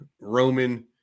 Roman